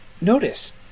notice